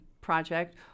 project